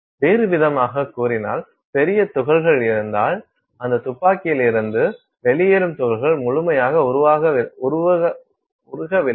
வேறுவிதமாகக் கூறினால் பெரிய துகள்கள் இருந்தால் அந்த துப்பாக்கியிலிருந்து வெளியேறும் துகள்கள் முழுமையாக உருகவில்லை